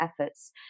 efforts